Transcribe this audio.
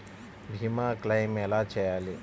భీమ క్లెయిం ఎలా చేయాలి?